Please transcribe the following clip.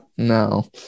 No